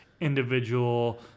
individual